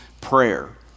Prayer